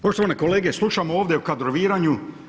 Poštovani kolege, slušam ovdje o kadroviranju.